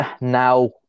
now